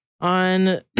on